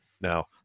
Now